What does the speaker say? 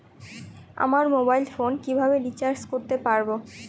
আমার mobile phone কিভাবে recharge করতে পারব?